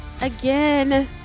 Again